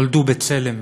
נולדו בצלם.